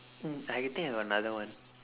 mm I think I got another one